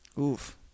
Oof